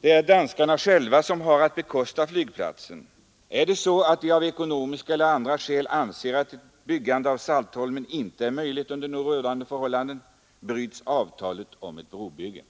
Det är danskarna själva som har att bekosta flygplatsen. Om de av ekonomiska eller andra skäl anser att ett byggande av Saltholm icke är möjligt under nu rådande förhållanden, så bryts avtalet om ett brobygge.